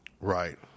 Right